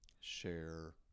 share